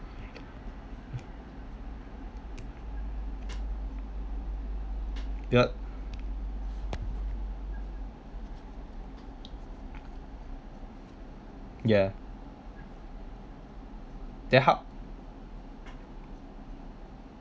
yup yeah then how